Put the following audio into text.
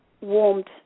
warmed